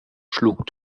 schlug